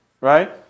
Right